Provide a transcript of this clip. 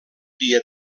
dia